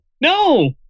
No